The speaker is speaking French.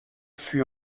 fut